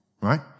Right